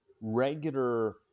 regular